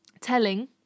telling